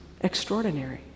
extraordinary